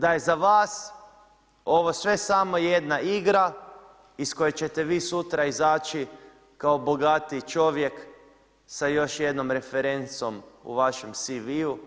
Da je za vas ovo sve samo jedna igra iz koje ćete sutra izaći kao bogatiji čovjek sa još jednom referencom u vašem CV-u